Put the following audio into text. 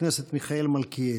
חבר הכנסת מיכאל מלכיאלי.